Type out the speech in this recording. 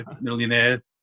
millionaire